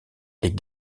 est